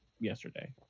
yesterday